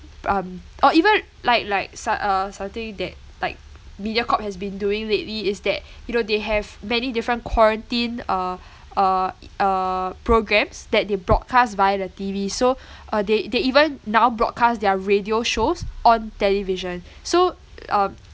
um or even like like so~ uh something that like mediacorp has been doing lately is that you know they have much different quarantine uh uh uh programs that they broadcast via the T_V so uh they they even now broadcast their radio shows on television so um